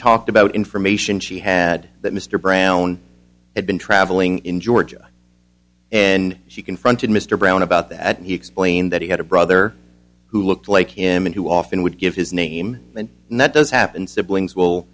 talked about information she had that mr brown had been traveling in georgia and she confronted mr brown about that and he explained that he had a brother who looked like him and who often would give his name and not does happen siblings will